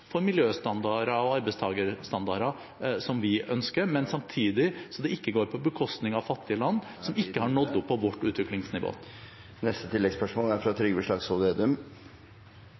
for miljøstandarder og arbeidstakerstandarder som vi ønsker, men samtidig slik at det ikke går på bekostning av fattige land som ikke har nådd opp på vårt utviklingsnivå. Trygve Slagsvold Vedum